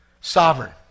Sovereign